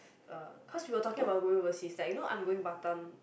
uh because we were talking about going overseas like you know I am going Batam